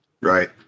Right